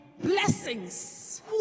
blessings